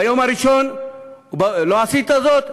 ביום הראשון לא עשית זאת,